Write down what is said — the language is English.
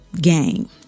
Game